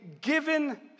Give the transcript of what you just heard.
given